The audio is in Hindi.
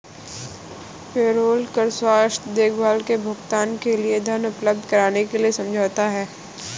पेरोल कर स्वास्थ्य देखभाल के भुगतान के लिए धन उपलब्ध कराने के लिए समझौता है